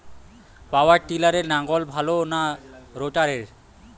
পাওয়ার টিলারে লাঙ্গল ভালো না রোটারের?